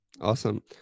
Awesome